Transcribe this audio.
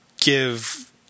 Give